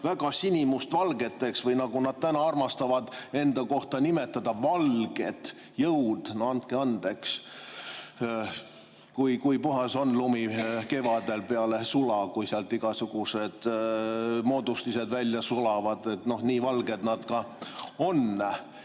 väga sinimustvalgeteks või nagu nad armastavad enda kohta öelda, valgeteks jõududeks. No andke andeks! Kui puhas on lumi kevadel peale sula, kui sealt igasugused moodustised välja sulavad – noh, nii valged nad ka on.